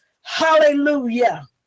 Hallelujah